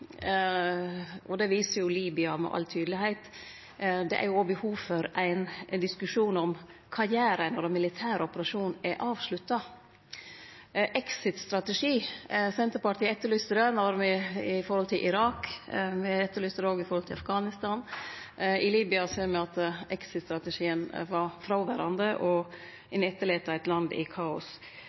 og det viser Libya med all tydelegheit – behov for ein diskusjon om kva ein gjer når ein militær operasjon er avslutta. Senterpartiet etterlyste ein exit-strategi i samband med Irak, og me etterlyste det i samband med Afghanistan. I Libya ser me at exit-strategien var fråverande, og ein lét etter seg eit land i kaos.